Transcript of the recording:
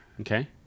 Okay